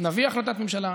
נביא החלטת ממשלה,